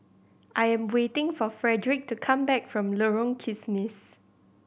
I'm waiting for Fredric to come back from Lorong Kismis